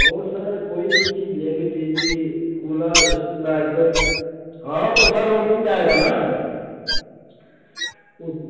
वो सर कोई भी चीज लेंगे टी वी कूलर स्टेब्लाईज़र हाँ तो सर और वो मिल जाएगा ना